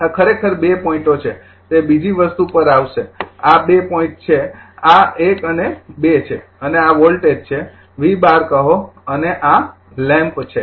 આ ખરેખર ૨ પોઈન્ટો છે તે બીજી વસ્તુ પર આવશે આ ૨ પોઈન્ટ છે આ ૧ અને ૨ છે અને આ વોલ્ટેજ છે V૧૨ કહો અને આ લેમ્પ છે